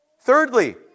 Thirdly